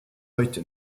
heute